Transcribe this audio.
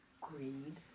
Greed